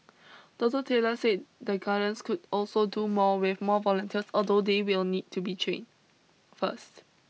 Doctor Taylor say the gardens could also do more with more volunteers although they will need to be trained first